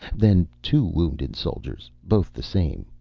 then two wounded soldiers, both the same,